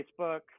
Facebook